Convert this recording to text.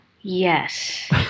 Yes